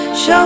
Show